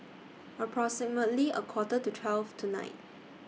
approximately A Quarter to twelve tonight